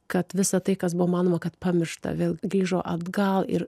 kad visa tai kas buvo manoma kad pamiršta vėl grįžo atgal ir